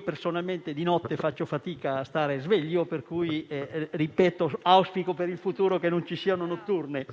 Personalmente, io di notte faccio fatica a stare sveglio e, per questo, auspico per il futuro che non ci siano notturne.